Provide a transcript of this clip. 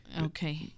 Okay